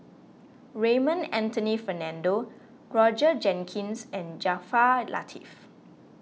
Raymond Anthony Fernando Roger Jenkins and Jaafar Latiff